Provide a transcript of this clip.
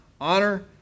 honor